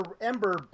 Ember